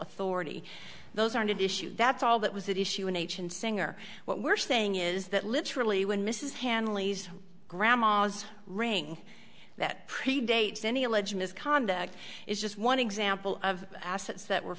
authority those aren't an issue that's all that was that issue in h and singer what we're saying is that literally when mrs hanley's grandma's ring that predates any alleged misconduct it's just one example of assets that were